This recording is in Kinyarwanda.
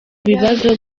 kibazo